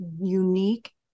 unique